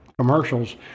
commercials